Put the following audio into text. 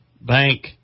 bank